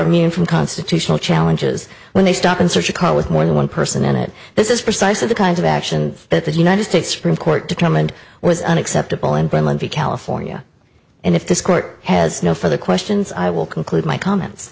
immune from constitutional challenges when they stop and search a car with more than one person in it this is precisely the kind of action that the united states supreme court determined was unacceptable in bermondsey california and if this court has no further questions i will conclude my comments